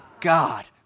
God